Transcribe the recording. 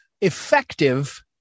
effective